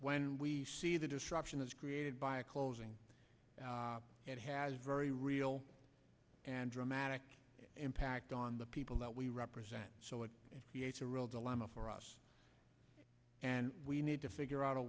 when we see the disruption is created by closing it has very real and dramatic impact on the people that we represent so it creates a real dilemma for us and we need to figure out a